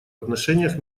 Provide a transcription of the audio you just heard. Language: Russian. отношениях